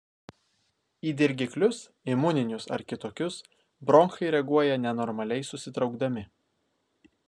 į dirgiklius imuninius ar kitokius bronchai reaguoja nenormaliai susitraukdami